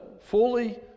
fully